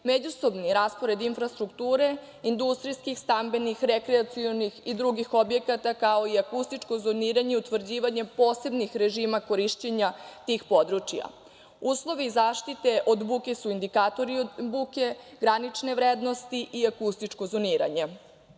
međusobni raspored infrastrukture, industrijskih, stambenih, rekreacionih i drugih objekata, kao i akustičko zoniranje i utvrđivanje posebnih režima korišćenja tih područja. Uslovi zaštite od buke su indikatori od buke, granične vrednosti i akustičko zoniranje.